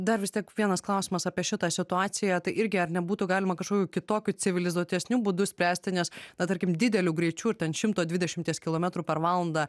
dar vis tiek vienas klausimas apie šitą situaciją tai irgi ar nebūtų galima kažkokiu kitokiu civilizuotesniu būdu spręsti nes na tarkim dideliu greičiu ar ten šimto dvidešimties kilometrų per valandą